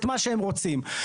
את מה שהם רוצים.